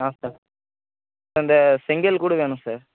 ஆ sir sir இந்த செங்கல் கூட வேணும் சார்